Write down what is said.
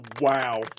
Wow